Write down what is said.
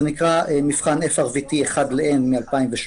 זה נקרא מבחן FRVT אחד ל-N מ-2018,